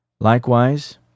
Likewise